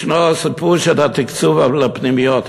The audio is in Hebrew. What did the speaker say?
ישנו הסיפור של התקצוב לפנימיות.